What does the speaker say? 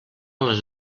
les